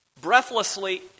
breathlessly